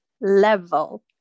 level